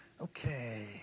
Okay